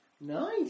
Nice